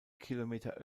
kilometer